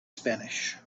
spanish